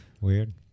weird